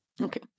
Okay